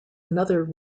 another